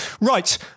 Right